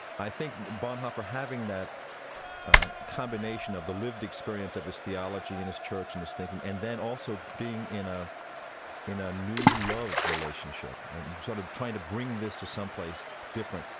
i think bonhoeffer, having that combination of the lived experience of his theology, in his church and his thinking, and then also being in ah in a new love relationship and sort of trying to bring this to someplace different,